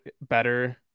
better